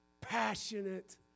Passionate